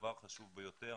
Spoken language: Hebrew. דבר חשוב ביותר,